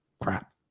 crap